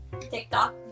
TikTok